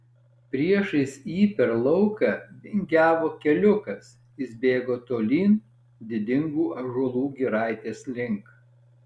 priešais jį per lauką vingiavo keliukas jis bėgo tolyn didingų ąžuolų giraitės link